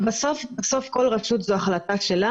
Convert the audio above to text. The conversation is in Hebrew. בסוף זו החלטה של כל רשות,